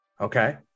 okay